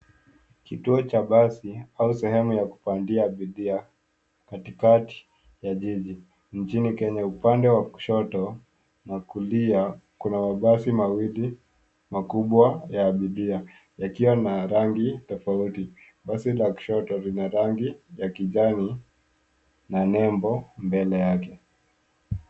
Kituo cha basi au sehemu ya kupandia abiria katikati ya jiji, nchini Kenya. Upande wa kushoto na kulia, kuna mabasi mawili makubwa ya abiria yakiwa na rangi tofauti. Basi la kushoto lina rangi ya kijani na nembo mbele yake.